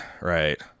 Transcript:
right